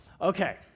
Okay